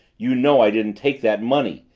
you know i didn't take that money!